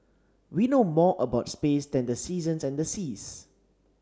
we know more about space than the seasons and the seas